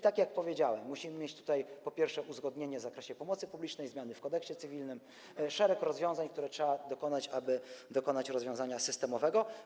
Tak jak powiedziałem, musimy mieć tutaj, po pierwsze, uzgodnienie w zakresie pomocy publicznej, zmiany w Kodeksie cywilnym, szereg rozwiązań, których trzeba dokonać, aby dokonać rozwiązania systemowego.